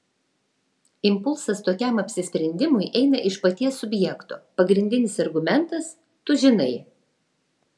impulsas tokiam apsisprendimui eina iš paties subjekto pagrindinis argumentas tu žinai